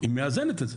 היא מאזנת את זה.